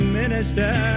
minister